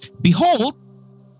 Behold